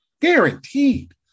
guaranteed